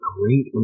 Great